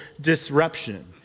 disruption